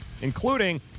including